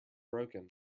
broken